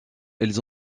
elles